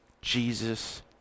Jesus